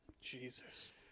Jesus